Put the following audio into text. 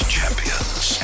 Champions